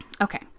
Okay